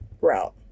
route